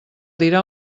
dirà